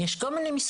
הגז לא היה זמין,